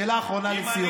שאלה אחרונה לסיום.